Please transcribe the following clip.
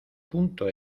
punto